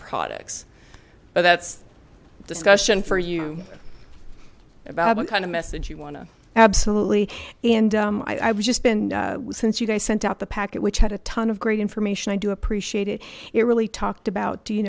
products but that's discussion for you about what kind of message you want absolutely and i've just been since you guys sent out the packet which had a ton of great information i do appreciate it it really talked about do you